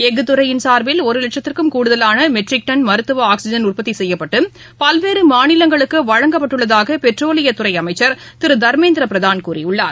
எஃகு துறையின் சார்பில் ஒரு லட்சத்திற்கும் கூடுதவாள மெட்ரிக் டன் மருத்துவ ஆக்ஸிஜன் உற்பத்தி செய்யப்பட்டு பல்வேறு மாநிலங்களுக்கு வழங்கப்பட்டுள்ளதாக பெட்ரோலியத்துறை அமைச்ச் திரு தர்மேந்திர பிரதான் கூறியுள்ளார்